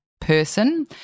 person